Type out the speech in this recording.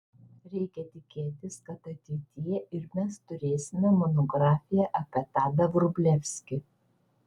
reikia tikėtis kad ateityje ir mes turėsime monografiją apie tadą vrublevskį